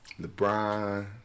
LeBron